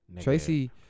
Tracy